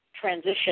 transition